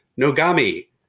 Nogami